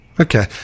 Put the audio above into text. Okay